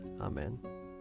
Amen